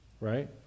Right